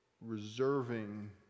reserving